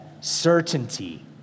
certainty